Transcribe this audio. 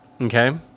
Okay